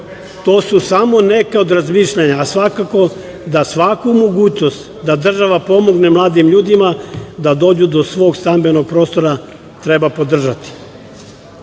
To su samo neka od razmišljanja, a svakako da svaku mogućnost da država pomogne mladim ljudima da dođu do svog stambenog prostora treba podržati.U